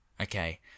Okay